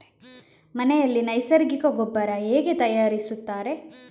ಮನೆಯಲ್ಲಿ ನೈಸರ್ಗಿಕ ಗೊಬ್ಬರ ಹೇಗೆ ತಯಾರಿಸುತ್ತಾರೆ?